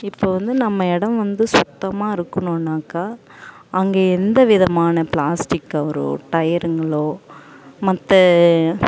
இப்போ வந்து நம்ம இடம் வந்து சுத்தமாக இருக்கணுன்னாக்கால் அங்கே எந்த விதமான பிளாஸ்ட்டிக்கோ ஒரு ஒரு டயருங்களோ மற்ற